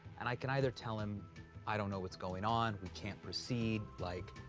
and i could either tell him i don't know what's going on, we can't proceed, like,